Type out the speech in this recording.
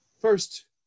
First